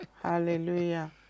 Hallelujah